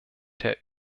der